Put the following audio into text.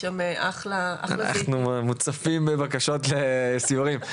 אנחנו מוצפים בבקשות לסיורים.